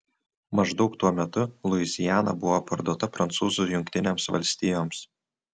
maždaug tuo metu luiziana buvo parduota prancūzų jungtinėms valstijoms